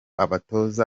abatoza